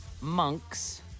monks